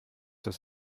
das